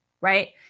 right